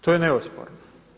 To je nesporno.